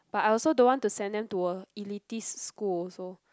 but I also don't want to send them to a elitist school also